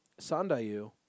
Sandayu